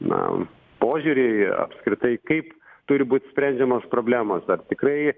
na požiūrį apskritai kaip turi būt sprendžiamos problemos ar tikrai